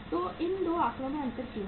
तो इन 2 आंकड़ों में अंतर क्यों है